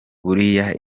buriya